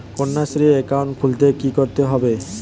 Kanyashree account খুলতে কী করতে হবে?